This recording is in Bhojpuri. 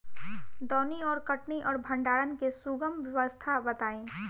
दौनी और कटनी और भंडारण के सुगम व्यवस्था बताई?